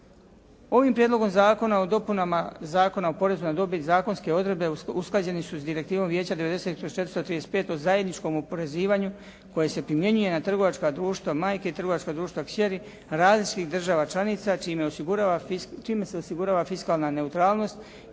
Ovim Prijedlogom zakona o dopunama Zakona o porezu na dobit, zakonske odredbe usklađene su sa Direktivom vijeća 90/435 o zajedničkom oporezivanju koje se primjenjuje na trgovačka društva majke i trgovačka društva kćeri različitih država članica čime se osigurava fiskalna neutralnost jer